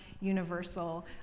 universal